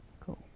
Cool